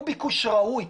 הוא ביקוש ראוי,